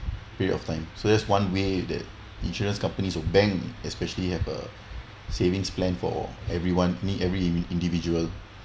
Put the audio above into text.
period of time so that's one way that insurance companies or bank especially have a savings plan for everyone i mean every in~ individual